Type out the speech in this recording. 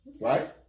right